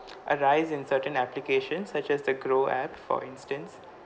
a rise in certain applications such as the groww app for instance